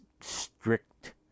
strict